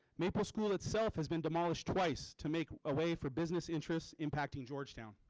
maple school itself has been demolished twice to make ah way for business interests impacting georgetown.